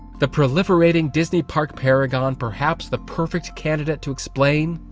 the proliferating disney park paragon perhaps the perfect, candidate to explain,